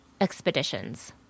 expeditions